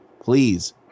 Please